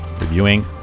reviewing